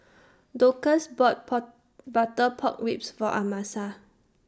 Dorcas bought Pork Butter Pork Ribs For Amasa